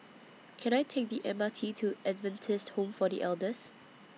Can I Take The M R T to Adventist Home For The Elders